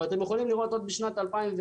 ואתם יכולים לראות עוד בשנת 2001,